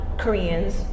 koreans